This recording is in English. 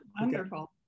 Wonderful